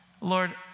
Lord